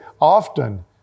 often